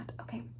Okay